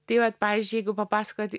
tai vat pavyzdžiui jeigu papasakot